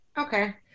okay